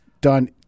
done